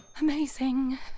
Amazing